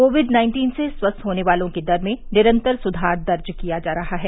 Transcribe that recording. Covid nineteen से स्वस्थ होने वालों की दर में निरंतर सुधार दर्ज किया जा रहा है